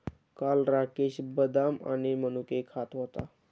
काल राकेश बदाम आणि मनुके खात होता